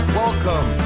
welcome